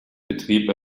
betrieb